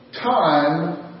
time